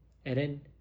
and then